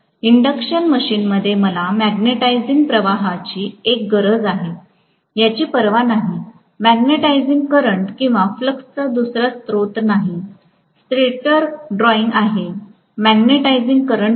induction मशीनमध्ये मला magnetising प्रवाहाची काय गरज आहे याची पर्वा नाही मॅग्नेटिझिंग करंट किंवा फ्लक्सचा दुसरा स्रोत नाही स्टेटर ड्रॉईंग आहे मॅग्नेटिझिंग करंट आहे